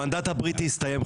המנדט הבריטי הסתיים,